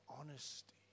honesty